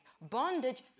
Bondage